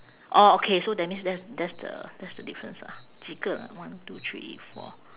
orh okay so that means that's that's the that's the difference ah 几个 one two three four